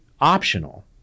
optional